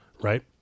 right